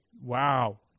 Wow